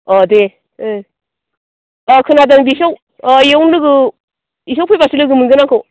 अह दे खोनादों दिसुं बेयावनो लोगो इसाव फैबासो लोगो मोनगोन आंखौ